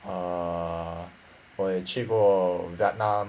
err 我也去过 vietnam